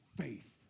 faith